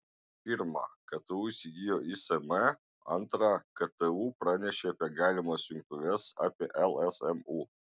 pirma ktu įsigijo ism antra ktu pranešė apie galimas jungtuves apie lsmu